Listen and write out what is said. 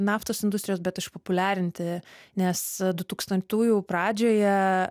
naftos industrijos bet išpopuliarinti nes dutūkstantųjų pradžioje